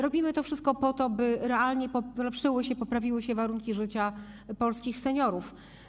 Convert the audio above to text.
Robimy to wszystko po to, by realnie polepszyły, poprawiły się warunki życia polskich seniorów.